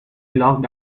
locked